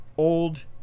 old